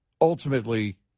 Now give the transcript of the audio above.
ultimately